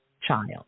Child